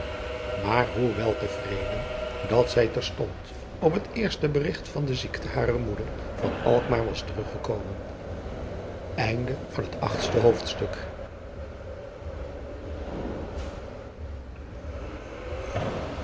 maar hoe wel te vreden dat zij terstond op het eerste berigt van de ziekte harer moeder van alkmaar was teruggekomen adriaan loosjes pzn het leven van hillegonda buisman